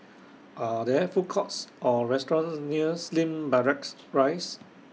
Are There Food Courts Or restaurants near Slim Barracks Rise